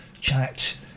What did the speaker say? chat